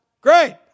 Great